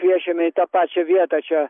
kviečiame į tą pačią vietą čia